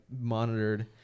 monitored –